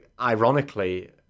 ironically